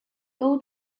old